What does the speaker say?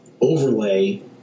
overlay